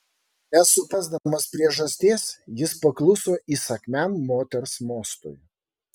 nesuprasdamas priežasties jis pakluso įsakmiam moters mostui